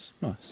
nice